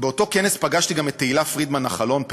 באותו כנס פגשתי גם את תהילה פרידמן נחלון,